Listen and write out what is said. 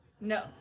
No